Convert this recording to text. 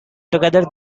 together